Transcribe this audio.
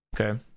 Okay